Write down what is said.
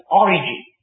origin